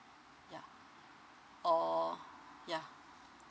yeah or yeah